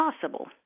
possible